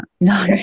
no